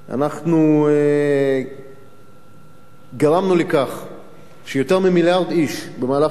אנחנו גרמנו לכך שיותר ממיליארד איש במהלך השנתיים